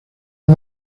dos